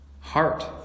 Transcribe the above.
heart